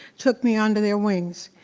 took me under their wings.